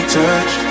touch